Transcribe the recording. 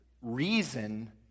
reason